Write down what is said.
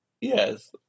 Yes